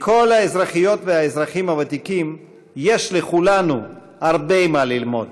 מכל האזרחיות והאזרחים הוותיקים יש לכולנו הרבה מה ללמוד.